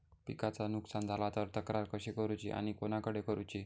पिकाचा नुकसान झाला तर तक्रार कशी करूची आणि कोणाकडे करुची?